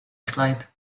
слайд